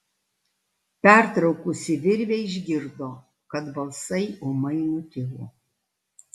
pertraukusi virvę išgirdo kad balsai ūmai nutilo